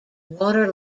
water